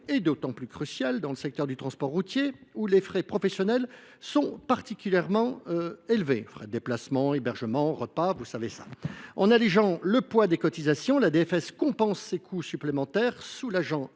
est d’autant plus cruciale dans le secteur du transport routier que les frais professionnels sont particulièrement élevés : frais de déplacement, hébergement, repas… En allégeant le poids des cotisations, la DFS compense ces coûts supplémentaires, ce